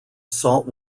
salt